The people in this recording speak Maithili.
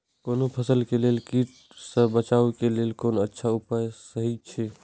कोनो फसल के लेल कीट सँ बचाव के लेल कोन अच्छा उपाय सहि अछि?